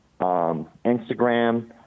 Instagram